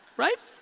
right?